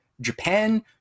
Japan